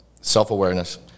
self-awareness